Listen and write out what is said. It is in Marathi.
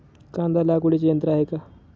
कांदा लागवडीचे यंत्र आहे का?